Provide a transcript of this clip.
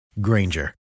Granger